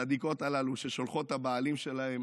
הצדיקות הללו, ששולחות את הבעלים שלהן